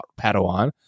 Padawan